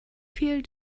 viel